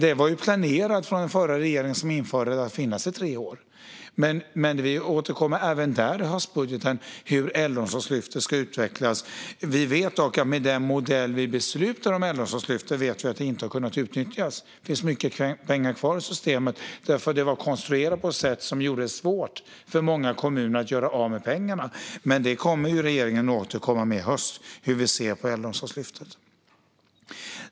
Det var ju planerat från förra regeringen som införde det att det skulle finnas i tre år. Men vi återkommer även där i höstbudgeten om hur Äldreomsorgslyftet ska utvecklas. Vi vet dock att med den modell vi beslutade om för Äldreomsorgslyftet har det inte kunnat utnyttjas. Det finns mycket pengar kvar i systemet för att det var konstruerat på ett sätt som gjorde det svårt för många av kommunerna att göra av med pengarna. Men regeringen kommer att återkomma i höst om hur vi ser på Äldreomsorgslyftet.